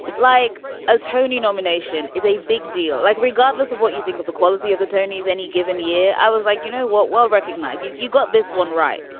and like a tony nomination is a big deal. like, regardless of what you think of the quality of the tonys any given year. i was like, you know what? well-recognised. you you got this one, right?